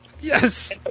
Yes